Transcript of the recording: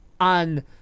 on